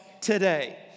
today